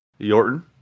Yorton